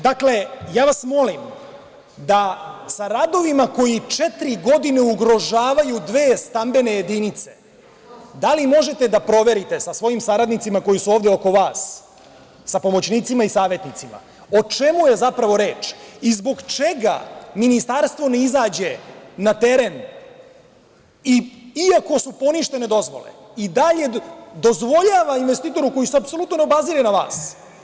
Dakle, ja vas molim da sa radovima koji četiri godine ugrožavaju dve stambene jedinice, da li možete da proverite sa svojim saradnicima koji su ovde oko vas, sa pomoćnicima i savetnicima, o čemu je zapravo reč i zbog čega Ministarstvo ne izađe na teren i, iako su poništene dozvole, i dalje dozvoljava investitoru koji se apsolutno ne obazire na vas.